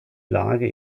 lage